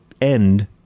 end